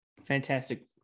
Fantastic